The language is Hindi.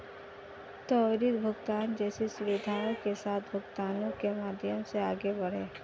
त्वरित भुगतान जैसी सुविधाओं के साथ भुगतानों के माध्यम से आगे बढ़ें